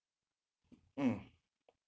mm